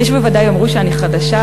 יש בוודאי יאמרו שאני חדשה,